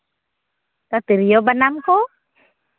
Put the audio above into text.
ᱛᱤᱨᱭᱳ ᱵᱟᱱᱟᱢ ᱠᱚ